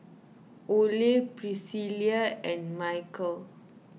Oley Priscilla and Michael